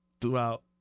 throughout